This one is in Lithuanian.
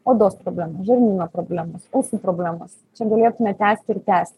odos problemos žarnyno problemos ausų problemos čia galėtume tęsti ir tęsti